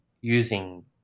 using